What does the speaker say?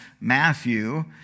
Matthew